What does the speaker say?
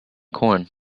corn